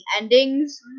endings